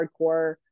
hardcore